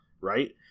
right